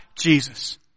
Jesus